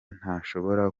ntashobora